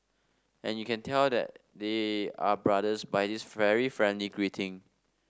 and you can tell their they are brothers by this very friendly greeting